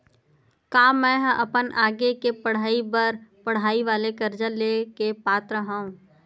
का मेंहा अपन आगे के पढई बर पढई वाले कर्जा ले के पात्र हव?